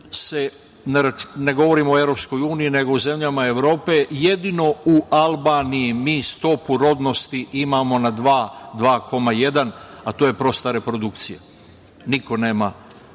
ne govorim o EU, nego o zemljama Evrope, jedino u Albaniji stopu rodnosti imamo na 2,1%, a to je prosta reprodukcija. Niko nema,